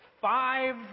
five